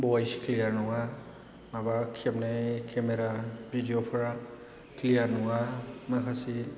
भइस क्लियार नङा माबा खेबनाय केमेरा भिडिय'फोरा क्लियार नङा माखासे